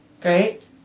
Great